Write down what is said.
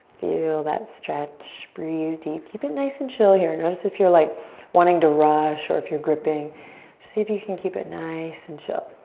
feel that stretch. breathe deep. keep it nice and chill here. notice if you're like wanting to rush or if you're gripping, just see if you can keep it nice and chill.